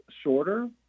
shorter